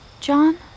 John